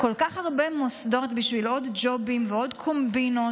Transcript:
כל כך הרבה מוסדות בשביל עוד ג'ובים ועוד קומבינות,